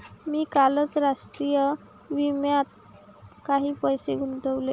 मी कालच राष्ट्रीय विम्यात काही पैसे गुंतवले